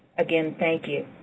again, thank you.